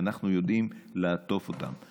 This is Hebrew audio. אנחנו יודעים לעטוף אותם.